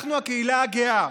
אנחנו הקהילה הגאה.